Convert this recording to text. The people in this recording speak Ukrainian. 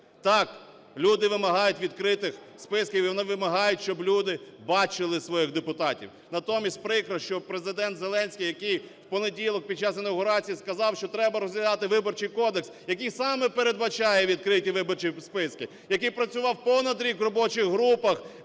Так, люди вимагають відкритих списків і вони вимагають, щоб люди бачили своїх депутатів. Натомість прикро, що Президент Зеленський, який в понеділок, під час інавгурації, сказав, що треба розглядати Виборчий кодекс, який саме передбачає відкриті виборчі списки, який працював понад рік в робочих групах,